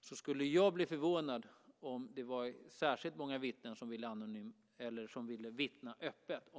finnas skulle jag bli förvånad om det var särskilt många vittnen som ville vittna öppet.